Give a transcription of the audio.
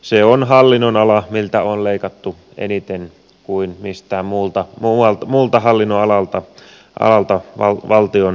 se on hallinnonala miltä on leikattu enemmän kuin miltään muulta hallinnonalalta valtion budjetista